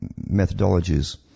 methodologies